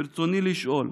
ברצוני לשאול: